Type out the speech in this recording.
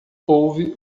houve